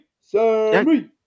Sammy